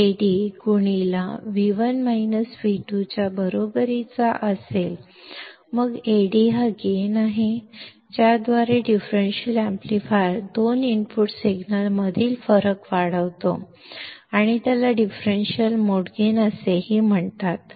ಆದ್ದರಿಂದ ನನ್ನ Vo Adಗೆ ಸಮನಾಗಿದ್ದರೆ ನಂತರ Ad ಎಂದರೆ ಡಿಫರೆನ್ಷಿಯಲ್ ಆಂಪ್ಲಿಫೈಯರ್ ಎರಡು ಇನ್ಪುಟ್ ಸಿಗ್ನಲ್ಗಳ ನಡುವಿನ ವ್ಯತ್ಯಾಸವನ್ನು ಅಂಪ್ಲಿಫ್ಯ್ ಮಾಡುತ್ತದೆ ಮತ್ತು ಇದನ್ನು ಡಿಫರೆನ್ಷಿಯಲ್ ಗೈನ್ ಎಂದೂ ಕರೆಯಲಾಗುತ್ತದೆ